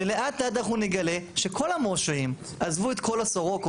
ולאט לאט אנחנו נגלה של ה-"משה-ים" עזבו את כל הסורוקות